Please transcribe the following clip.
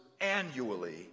annually